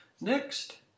Next